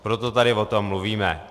Proto tady o tom mluvíme.